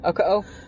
Okay